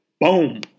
boom